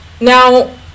Now